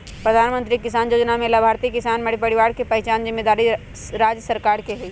प्रधानमंत्री किसान जोजना में लाभार्थी किसान परिवार के पहिचान जिम्मेदारी राज्य सरकार के हइ